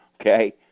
Okay